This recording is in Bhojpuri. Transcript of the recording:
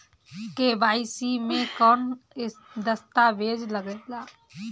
के.वाइ.सी मे कौन दश्तावेज लागेला?